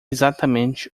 exatamente